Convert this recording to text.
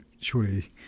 Surely